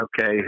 okay